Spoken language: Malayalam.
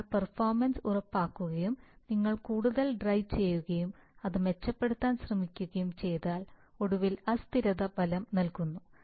നിങ്ങൾ പെർഫോമൻസ് ഉറപ്പാക്കുകയും നിങ്ങൾ കൂടുതൽ ഡ്രൈവ് ചെയ്യുകയും അത് മെച്ചപ്പെടുത്താൻ ശ്രമിക്കുകയും ചെയ്താൽ ഒടുവിൽ അസ്ഥിരത ഫലം നൽകുന്നു